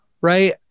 Right